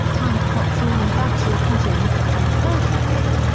timed hot saw and bucksaw cutting, and pole climbing.